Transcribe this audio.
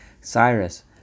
Cyrus